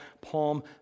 Palm